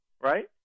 right